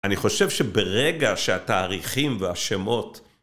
אני חושב שברגע שהתאריכים והשמות...